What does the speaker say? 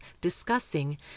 discussing